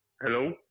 Hello